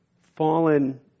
fallen